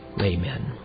Amen